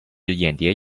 眼蝶